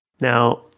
Now